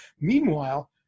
Meanwhile